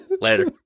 later